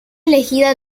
elegida